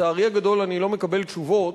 לצערי הגדול, אני לא מקבל תשובות.